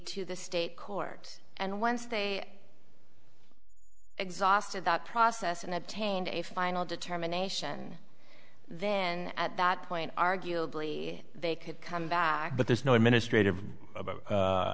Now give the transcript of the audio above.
to the state court and once they exhausted that process and obtained a final determination then at that point arguably they could come back but there's no administrative abo